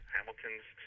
Hamilton's